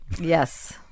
Yes